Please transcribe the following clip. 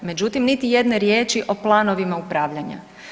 Međutim, niti jedne riječi o planovima upravljanja.